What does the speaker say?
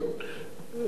אז הבטיחו.